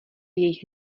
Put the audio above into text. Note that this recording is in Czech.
jejich